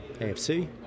AFC